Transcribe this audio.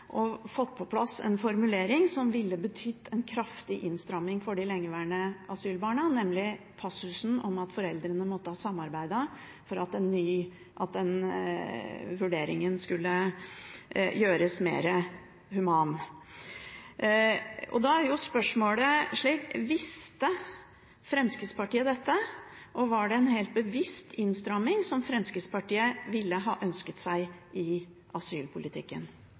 og fått på plass en formulering som ville betydd en kraftig innstramming for de lengeværende asylbarna, nemlig passusen om at foreldrene måtte ha samarbeidet for at vurderingen skulle gjøres mer human. Da er spørsmålet: Visste Fremskrittspartiet dette? Og var det en helt bevisst innstramming som Fremskrittspartiet ville ha ønsket seg i asylpolitikken?